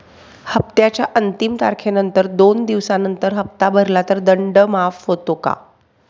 हप्त्याच्या अंतिम तारखेनंतर दोन दिवसानंतर हप्ता भरला तर दंड माफ होतो का?